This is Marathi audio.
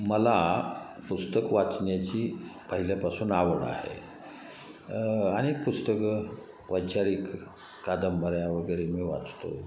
मला पुस्तक वाचण्याची पहिल्यापासून आवड आहे अनेक पुस्तकं वैचारिक कादंबऱ्या वगैरे मी वाचतो